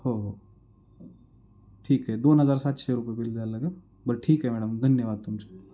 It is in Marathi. हो हो ठीक आहे दोन हजार सातशे रुपये बिल द्या लागंल बर ठीक आहे मॅडम धन्यवाद तुमचे